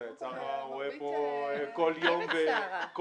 את שרה אתה רואה פה כל יום בשבוע.